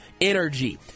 energy